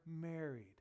married